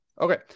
Okay